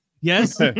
Yes